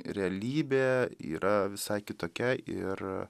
realybė yra visai kitokia ir